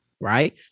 right